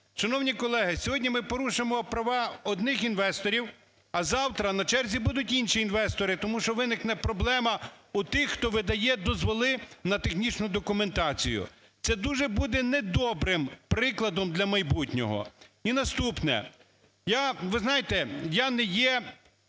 Шановні колеги, сьогодні ми порушуємо права одних інвесторів, а завтра на черзі будуть інші інвестори, тому що виникне проблема у тих, хто видає дозволи на технічну документацію. Це дуже буде недобрим прикладом для майбутнього. І наступне. Я… ви знаєте, я не є